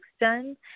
done